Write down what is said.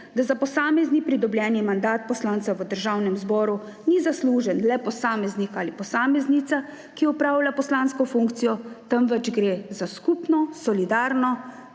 da za posamezni pridobljeni mandat poslanca v Državnem zboru ni zaslužen le posameznik ali posameznica, ki opravlja poslansko funkcijo, temveč gre za skupno solidarno